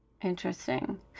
interesting